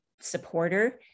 supporter